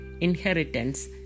inheritance